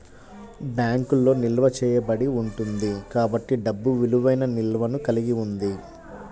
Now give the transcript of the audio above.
బ్యాంకులో నిల్వ చేయబడి ఉంటుంది కాబట్టి డబ్బు విలువైన నిల్వను కలిగి ఉంది